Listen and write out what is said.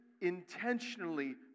intentionally